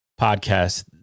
podcast